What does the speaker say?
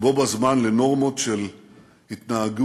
ובו בזמן לנורמות התנהגות